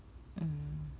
mm